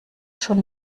schon